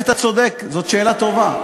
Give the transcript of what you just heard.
אתה צודק, זאת שאלה טובה.